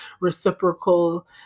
reciprocal